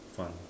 fun